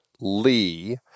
Lee